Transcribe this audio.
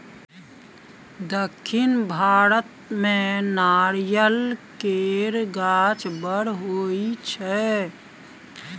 दक्खिन भारत मे नारियल केर गाछ बड़ होई छै